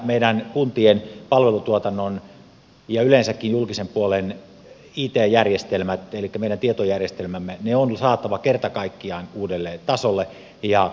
meidän kuntien palvelutuotannon ja yleensäkin julkisen puolen it järjestelmät elikkä meidän tietojärjestelmämme on saatava kerta kaikkiaan uudelle tasolle ja kuntoon